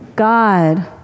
God